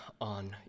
on